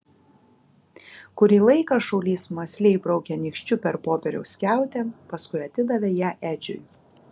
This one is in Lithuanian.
kurį laiką šaulys mąsliai braukė nykščiu per popieriaus skiautę paskui atidavė ją edžiui